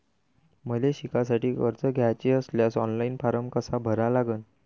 मले शिकासाठी कर्ज घ्याचे असल्यास ऑनलाईन फारम कसा भरा लागन?